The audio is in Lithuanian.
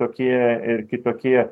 tokie ir kitokie